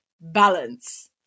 balance